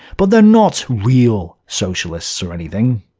but they're not real socialists or anything.